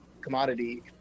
commodity